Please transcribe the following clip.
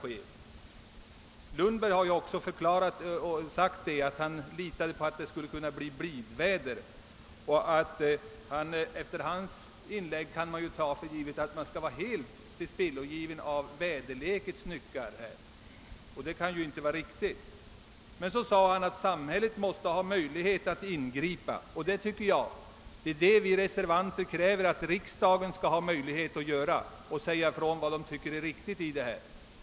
Herr Lundberg har också förklarat att man litat på att det skulle bli blidväder, och att döma av hans inlägg kan man ta för givet att vi i framtiden helt skall vara beroende av väderlekens nycker, men det kan ju inte vara riktigt. Vidare sade han att samhället måste kunna ingripa, och vi reservanter kräver att riksdagen skall säga vad den tycker i detta sammanhang.